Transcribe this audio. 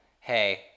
hey